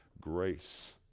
grace